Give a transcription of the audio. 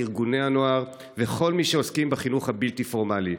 ארגוני הנוער וכל מי שעוסקים בחינוך הבלתי-פורמלי.